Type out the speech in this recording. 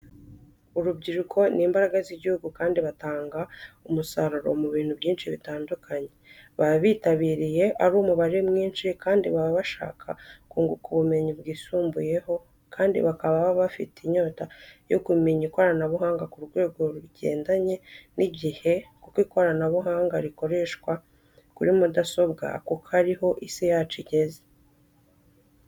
Urubyiruko ni imbaraga z'igihugu kandi batanga umusaruro mu bintu byinshi bitandukanye baba bitabiriye ari umubare mwinshi kandi baba bashaska kunguka ubumenyi bwisumbuyeho kandi bakaba baba bafite inyota yo kumenya ikoranabunga ku rwego rugendanye n'igihe kuko ikoranabuhanga rikoreshwa kuri mudasobwa kuko ari ho isi yacu igeze.